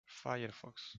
firefox